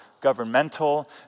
governmental